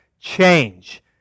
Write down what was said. change